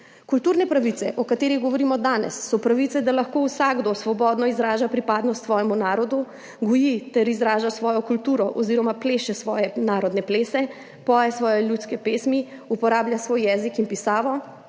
Kulturne pravice, o katerih govorimo danes, so pravice, da lahko vsakdo svobodno izraža pripadnost svojemu narodu, goji ter izraža svojo kulturo oziroma pleše svoje narodne plese, poje svoje ljudske pesmi, uporablja svoj jezik in pisavo.